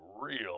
real